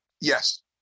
Yes